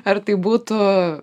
ar tai būtų